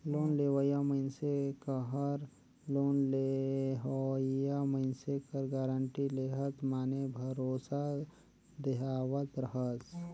loan लेवइया मइनसे कहर लोन लेहोइया मइनसे कर गारंटी लेहत माने भरोसा देहावत हस